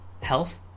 health